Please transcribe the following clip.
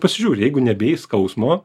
pasižiūri jeigu nebijai skausmo